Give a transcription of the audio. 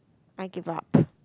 I give up